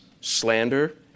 slander